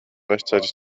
rechtzeitig